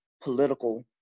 political